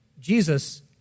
Jesus